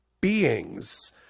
beings